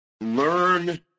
Learn